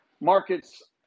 markets